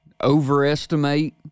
overestimate